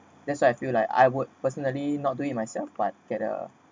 that's why I feel like I would personally not doing it myself but get a